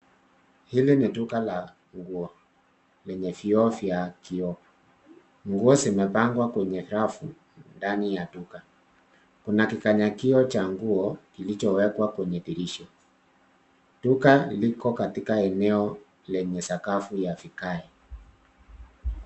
Hili ni duka la nguo lenye vioo vya kioo. Nguo zimepangwa kwenye rafu ndani ya duka. Kuna kikanyagio cha nguo kilichowekwa kwenye dirisha. Duka liko katika eneo lenye sakafu ya vigae.